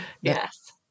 Yes